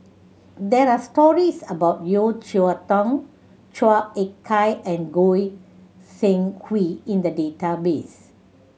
there are stories about Yeo Cheow Tong Chua Ek Kay and Goi Seng Hui in the database